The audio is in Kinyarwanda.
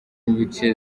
ibice